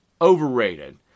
overrated